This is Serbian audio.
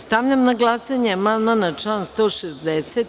Stavljam na glasanje amandman na član 160.